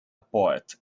poet